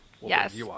Yes